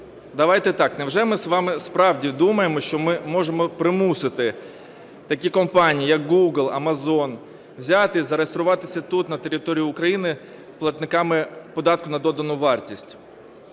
давайте так: невже ми з вами справді думаємо, що ми можемо примусити такі компанії як Google, Amazon взяти і зареєструватися тут, на території України, платниками податку на додану вартість.